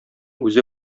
үзе